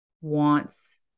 wants